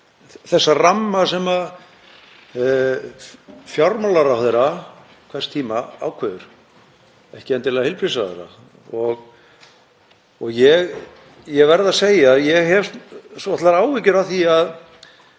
þessa ramma sem fjármálaráðherra hvers tíma ákveður, ekki endilega heilbrigðisráðherra. Ég verð að segja að ég hef svolitlar áhyggjur af því að